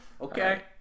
Okay